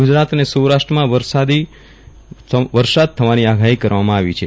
ગુજરાત અને સૌરાષ્ટ્રમાં વરસાદ પડવાની આગાહી કરવામાં આવી છે